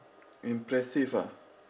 impressive ah